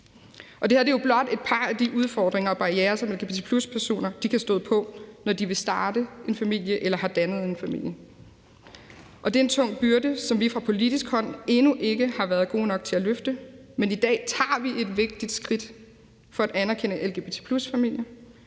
Det her er jo blot et par af de udfordringer og barrierer, som lgbt+-personer kan støde på, når de vil starte en familie eller de har dannet en familie, og det er en tung byrde, som vi fra politisk hold endnu ikke har været gode nok til at løfte, men i dag tager vi et vigtigt skridt for at anerkende lgbt+ familier